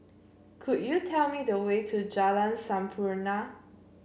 could you tell me the way to Jalan Sampurna